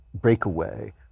breakaway